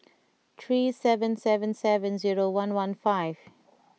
three seven seven seven zero one one five